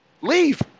leave